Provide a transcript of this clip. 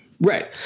right